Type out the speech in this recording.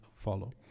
follow